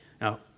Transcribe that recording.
Now